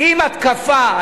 עם התקפה,